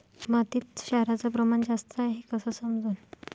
मातीत क्षाराचं प्रमान जास्त हाये हे कस समजन?